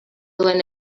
duen